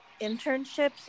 internships